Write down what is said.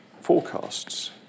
forecasts